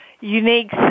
unique